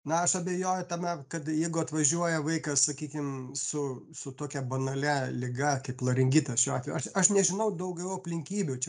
na aš abejoju tame kad jeigu atvažiuoja vaikas sakykim su su tokia banalia liga kaip laringitas šiuo atveju aš aš nežinau daugiau aplinkybių čia